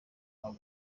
aba